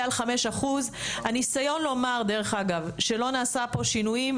על 5%. הניסיון לומר אגב שלא נעשה פה שינויים,